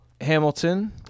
Hamilton